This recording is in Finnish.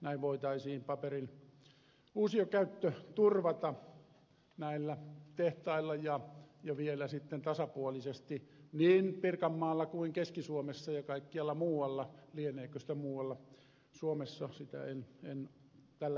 näin voitaisiin paperin uusiokäyttö turvata näillä tehtailla ja vielä tasapuolisesti niin pirkanmaalla kuin keski suomessa ja kaikkialla muuallakin lieneekö sitä muualla suomessa sitä en tällä hetkellä tiedä